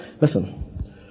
listen